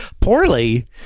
poorly